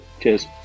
Cheers